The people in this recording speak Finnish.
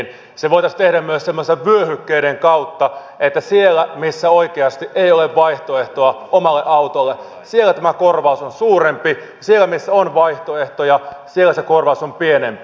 se voitaisiin tehdä myös semmoisten vyöhykkeiden kautta että siellä missä oikeasti ei ole vaihtoehtoa omalle autolle siellä tämä korvaus on suurempi ja siellä missä on vaihtoehtoja siellä se korvaus on pienempi